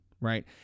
right